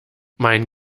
mein